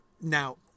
Now